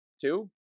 Two